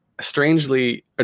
strangely